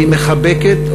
היא מחבקת,